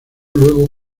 luego